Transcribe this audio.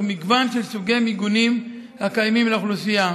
מגוון של סוגי מיגונים הקיימים לאוכלוסייה,